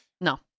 No